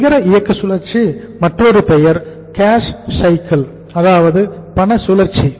நிகர இயக்க சுழற்சியின் மற்றொரு பெயர் கேஷ் சைக்கிள் அதாவது பண சுழற்சி